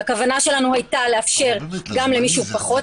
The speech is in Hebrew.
והכוונה שלנו הייתה לאפשר גם למישהו פחות,